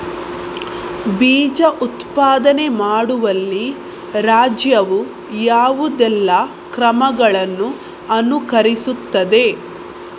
ಬೀಜ ಉತ್ಪಾದನೆ ಮಾಡುವಲ್ಲಿ ರಾಜ್ಯವು ಯಾವುದೆಲ್ಲ ಕ್ರಮಗಳನ್ನು ಅನುಕರಿಸುತ್ತದೆ?